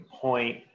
point